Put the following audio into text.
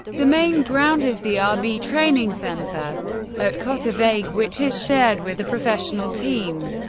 the main ground is the ah rb training center at cottaweg, which is shared with the professional team.